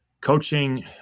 coaching